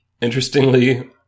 Interestingly